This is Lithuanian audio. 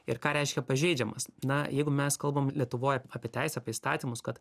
ir ką reiškia pažeidžiamas na jeigu mes kalbam lietuvoj apie teisęapie įstatymus kad